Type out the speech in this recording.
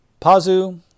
Pazu